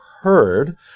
heard